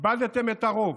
איבדתם את הרוב,